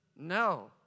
No